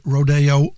Rodeo